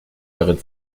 darin